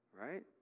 right